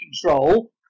control